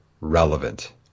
relevant